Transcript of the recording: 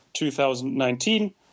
2019